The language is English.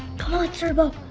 turbo.